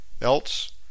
Else